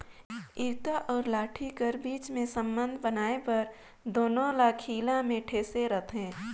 इरता अउ लाठी कर बीच संबंध बनाए बर दूनो ल खीला मे ठेसे रहथे